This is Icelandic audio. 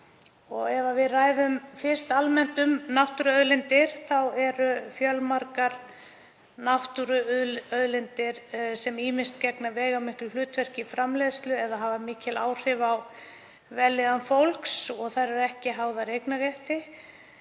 Ef við ræðum fyrst almennt um náttúruauðlindir eru fjölmargar náttúruauðlindir sem gegna ýmist veigamiklu hlutverki í framleiðslu eða hafa mikil áhrif á vellíðan fólks. Þær eru ekki háðar eignarrétti.